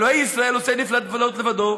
אלהים אלהי ישראל, עשה נפלאות לבדו.